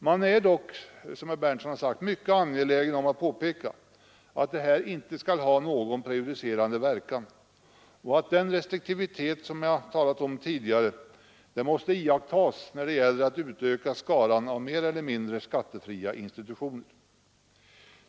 Man är dock, som herr Berndtson har sagt, mycket angelägen om att påpeka att detta inte skall ha någon prejudicerande verkan, och att den restriktivitet som jag talat om tidigare måste iakttas när det gäller att utöka skaran av mer eller mindre skattefria institutioner.